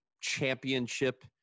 championship